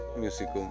music